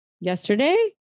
yesterday